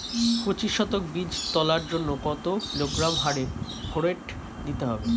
পঁচিশ শতক বীজ তলার জন্য কত কিলোগ্রাম হারে ফোরেট দিতে হবে?